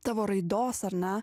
tavo raidos ar ne